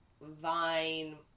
vine